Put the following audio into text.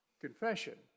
Confession